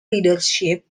leadership